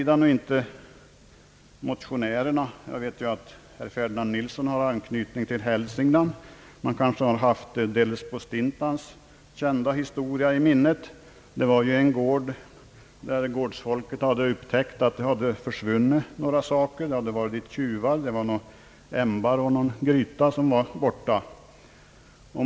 Såvida inte motionärerna — jag vet ju att herr Ferdinand Nilsson har anknytning till Hälsingland — rent av haft Delsbo-Stintans kända historia i minnet: I en gård hade gårdsfolket upptäckt att tjuvar lagt sig till med några saker, ett ämbar och någon gryta var borta.